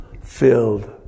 filled